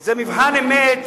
זה מבחן אמת,